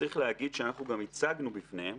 צריך להגיד שאנחנו גם הצגנו בפניהם